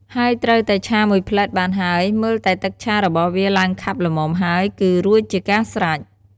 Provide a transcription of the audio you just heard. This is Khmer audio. ហើយត្រូវតែឆាមួយភ្លេតបានហើយ មើលតែទឹកឆារបស់វាឡើងខាប់ល្មមហើយគឺរួចជាការស្រេច។